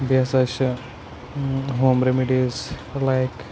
بیٚیہِ ہَسا چھِ ہوم رِمِڈیٖز لایک